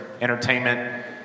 entertainment